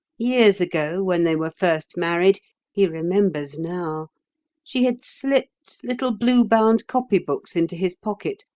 years ago, when they were first married he remembers now she had slipped little blue-bound copy-books into his pocket,